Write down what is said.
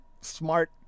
smart